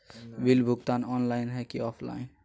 Bill भुगतान online है की ऑफलाइन?